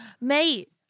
Mate